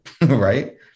Right